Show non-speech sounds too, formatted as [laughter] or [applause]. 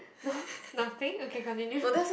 no [breath] nothing okay continue